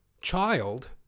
child